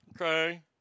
okay